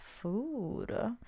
food